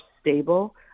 stable